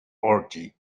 orgy